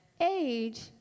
Age